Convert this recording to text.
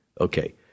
Okay